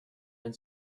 and